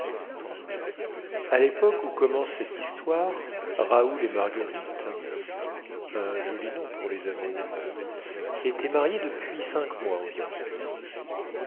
à lépoque où commence cette histoire raoul et marguerite un joli nom pour les amours étaient mariés depuis cinq mois